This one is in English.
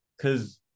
cause